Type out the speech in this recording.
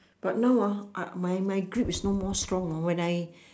but now ah my my grip is no more strong ah when I